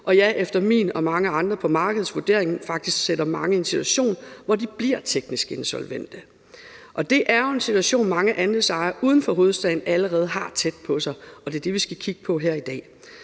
og som efter min og mange andre på markedets vurdering faktisk sætter mange i en situation, hvor de bliver teknisk insolvente. Det er jo en situation, som mange andelsboligejere uden for hovedstaden allerede har tæt på sig. Det er det, vi skal kigge på her i dag.